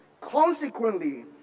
Consequently